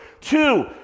Two